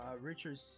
richard